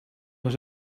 was